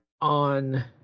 on